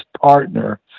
partner